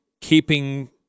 keeping –